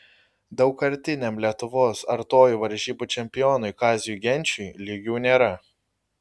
daugkartiniam lietuvos artojų varžybų čempionui kaziui genčiui lygių nėra